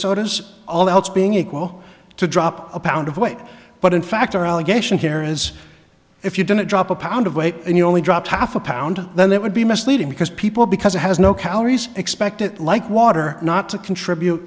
sodas all else being equal to drop a pound of weight but in fact are allegation here is if you do not drop a pound of weight and you only drop half a pound then there would be misleading because people because it has no calories expect it like water not to contribute